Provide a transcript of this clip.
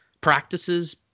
practices